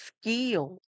skill